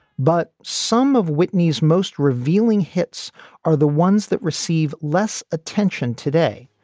but some of whitney's most revealing hits are the ones that receive less attention today,